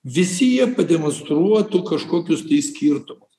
visi jie pademonstruotų kažkokius skirtumus